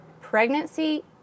pregnancy